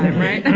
right?